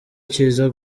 kiza